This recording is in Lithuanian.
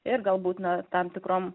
ir galbūt na tam tikrom